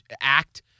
act